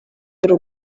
y’u